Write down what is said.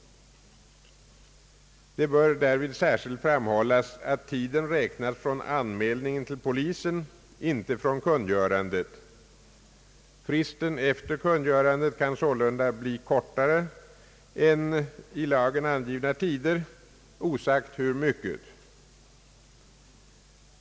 Det bör därvid särskilt framhållas att tiden räknas från anmälan till polisen, inte från kungörandet. Fristen efter kungörandet kan sålunda bli kortare än i lagen angivna tider, osagt hur mycket.